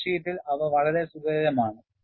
സ്പ്രെഡ്ഷീറ്റിൽ അവ വളരെ സുഖകരമാണ്